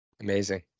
amazing